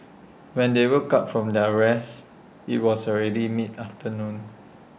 when they woke up from their rest IT was already mid afternoon